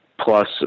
plus